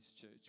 church